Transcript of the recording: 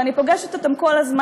אני פוגשת אותם כל הזמן,